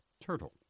turtle